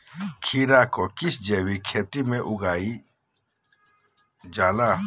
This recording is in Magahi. खीरा को किस जैविक खेती में उगाई जाला?